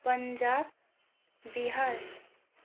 Punjab Bihar